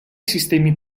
sistemi